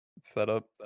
setup